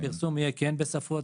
הפרסום כן יהיה בשפות,